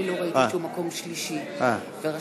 לא, אתה